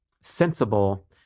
sensible